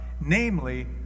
namely